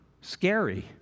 scary